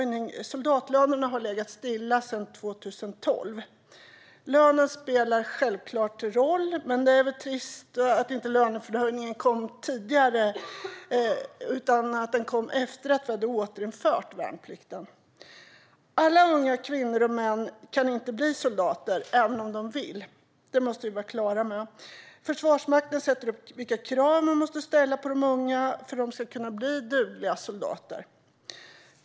Soldatlönerna har legat still sedan 2012. Lönen spelar givetvis roll, och det är trist att lönehöjningen kommer först i och med att värnplikten återinförs. Alla unga kvinnor och män kan inte bli soldater även om de vill. Det måste vi vara på det klara med. Försvarsmakten sätter upp vilka krav som ska ställas på de unga för att de ska kunna bli dugliga soldater.